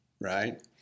right